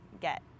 get